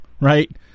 right